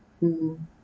mm